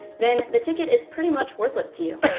then the ticket is pretty much worthless to you.